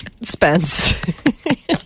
Spence